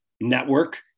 network